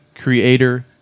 creator